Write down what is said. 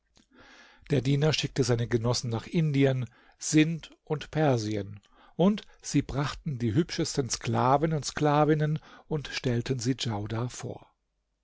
der diener schickte seine genossen nach indien sind und persien und sie brachten die hübschesten sklaven und sklavinnen und stellten sie djaudar vor